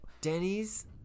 Denny's